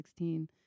2016